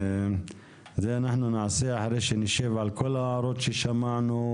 זה אנחנו נעשה אחרי שנשב על כל ההערות ששמענו,